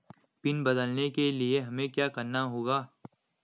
Pin बदलने के लिए क्या करना होगा?